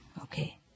Okay